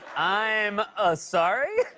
i'm a-sorry?